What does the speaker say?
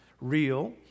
real